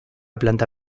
planta